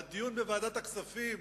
הדיון בוועדת הכספים,